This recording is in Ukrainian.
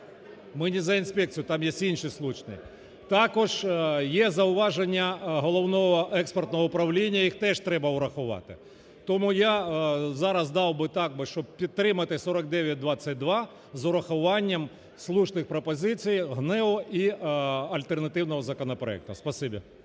Ми не за інспекцію, там є інші слушні. Також є зауваження Головного експертного управління, їх теж треба врахувати. Тому я зараз дав би так, щоб підтримати 4922 з врахуванням слушних пропозицій ГНЕУ і альтернативного законопроекту. Спасибі.